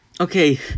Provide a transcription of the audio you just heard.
Okay